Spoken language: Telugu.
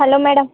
hello madam